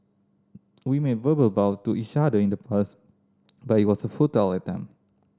we made verbal vow to each other in the past but it was a futile attempt